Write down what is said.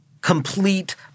complete